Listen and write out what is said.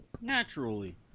Naturally